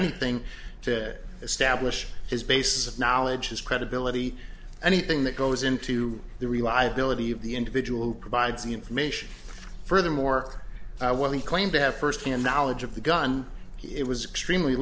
anything to establish his basis of knowledge his credibility anything that goes into the reliability of the individual who provides the information furthermore when he claimed to have firsthand knowledge of the gun it was extremely